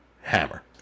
hammer